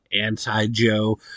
anti-Joe